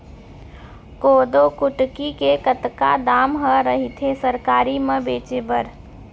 कोदो कुटकी के कतका दाम ह रइथे सरकारी म बेचे बर?